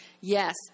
Yes